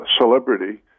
celebrity